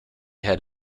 had